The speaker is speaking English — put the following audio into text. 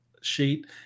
sheet